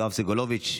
יואב סגלוביץ',